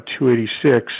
286